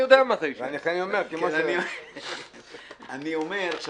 אני אומר את זה